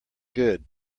good